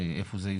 איפה זה יותר,